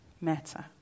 matter